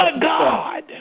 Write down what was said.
God